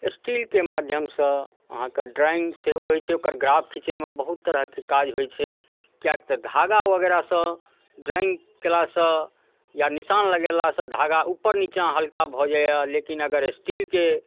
स्टीलके माध्यमसँ अहाँके ड्रॉइंग सेहो होइ छै ओकर ग्राफ घीचयमे बहुत तरहके काज होइ छै किएक कि तऽ धागा वगैरहसँ ड्रॉइंग कयलासँ या निशान लगेलासँ धागा उपर नीचा हल्का भऽ जाइए लेकिन अगर स्टीलके